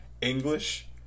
English